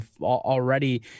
already